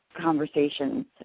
conversations